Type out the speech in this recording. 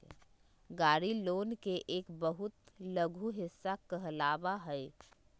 गाड़ी लोन के एक बहुत लघु हिस्सा कहलावा हई